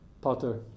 potter